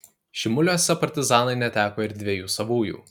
šimuliuose partizanai neteko ir dviejų savųjų